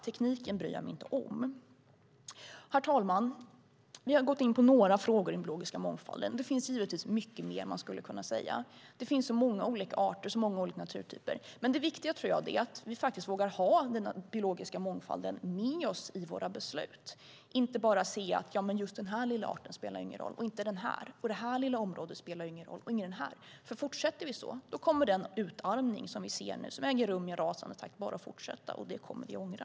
Tekniken bryr jag mig inte om. Herr talman! Vi har gått in på några frågor i den biologiska mångfalden. Det finns givetvis mycket mer att säga, för det finns så många olika arter och naturtyper. Men det viktiga är att vi vågar ha den biologiska mångfalden med oss i våra beslut och inte bara ser att den eller den lilla arten inte spelar någon roll och att det eller det lilla området inte spelar någon roll. Håller vi på så kommer nämligen den utarmning som vi ser och som äger rum i en rasande takt bara att fortsätta, och det kommer vi att ångra.